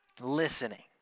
listening